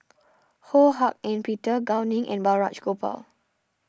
Ho Hak Ean Peter Gao Ning and Balraj Gopal